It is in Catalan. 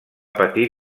patir